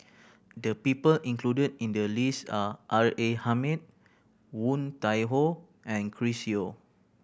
the people included in the list are R A Hamid Woon Tai Ho and Chris Yeo